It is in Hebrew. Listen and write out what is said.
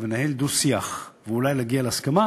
ולנהל דו-שיח ואולי להגיע להסכמה